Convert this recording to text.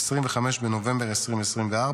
25 בנובמבר 2024,